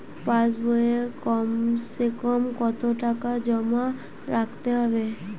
পাশ বইয়ে কমসেকম কত টাকা জমা রাখতে হবে?